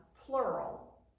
plural